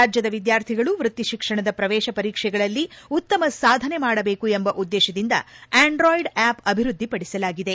ರಾಜ್ದದ ವಿದ್ಯಾರ್ಥಿಗಳು ವ್ಯಕ್ತಿ ಶಿಕ್ಷಣದ ಪ್ರವೇಶ ಪರೀಕ್ಷೆಗಳಲ್ಲಿ ಉತ್ತಮ ಸಾಧನೆ ಮಾಡಬೇಕು ಎಂಬ ಉದ್ದೇಶದಿಂದ ಆ್ಕಂಡ್ರಾಯ್ಡ್ ಆ್ಕವ್ ಅಭಿವೃದ್ದಿ ಪಡಿಸಲಾಗಿದೆ